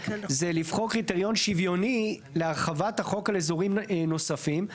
זה לבחור קריטריון שוויוני להרחבת החוק על אזורים נוספים,